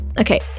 Okay